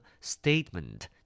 statement